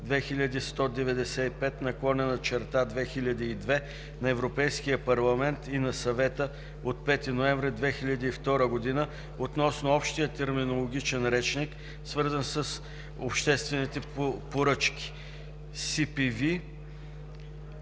2195/2002 на Европейския парламент и на Съвета от 5 ноември 2002 г. относно Общия терминологичен речник, свързан с обществените поръчки (CPV)